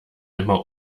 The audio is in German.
immer